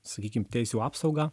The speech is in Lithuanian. sakykim teisių apsaugą